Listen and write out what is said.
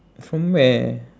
from where